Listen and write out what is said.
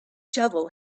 shovel